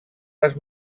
les